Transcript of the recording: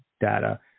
data